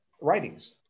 writings